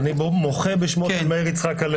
אני מוחה בשמו של מאיר יצחק הלוי.